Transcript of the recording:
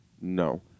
No